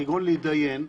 כגון להידיין,